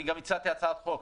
הצעתי גם הצעת חוק.